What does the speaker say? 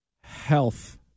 Health